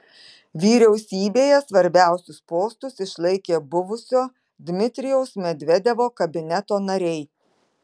vyriausybėje svarbiausius postus išlaikė buvusio dmitrijaus medvedevo kabineto nariai